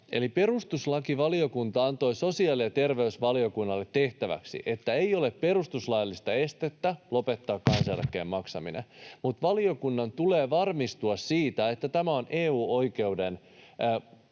perustuslakivaliokunta antoi sosiaali- ja terveysvaliokunnalle tehtäväksi, että ei ole perustuslaillista estettä lopettaa kansaneläkkeen maksamista, mutta valiokunnan tulee varmistua siitä, että tämä on EU-oikeuden